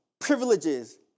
privileges